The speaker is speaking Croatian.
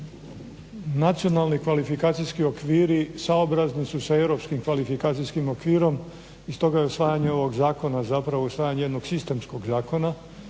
Nacionalni kvalifikacijski okviri saobrazni su sa europskim kvalifikacijskim okvirom i stoga je usvajanje ovog zakona zapravo usvajanje jednog sistemskog zakona